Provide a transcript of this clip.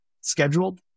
scheduled